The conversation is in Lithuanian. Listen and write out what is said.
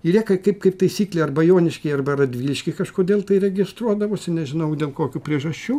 ir jie kai kaip kaip taisyklė arba joniškyje arba radvilišky kažkodėl tai registruodavosi nežinau dėl kokių priežasčių